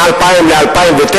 בין 2000 ל-2009?